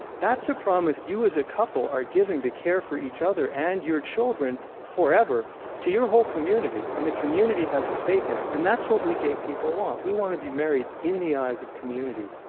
that's a promise you as a couple are giving to care for each other and your children forever to your whole community, and the community has a stake in it. and that's what we gay people want. we want to be married in the eyes of community,